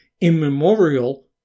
immemorial